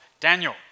Daniel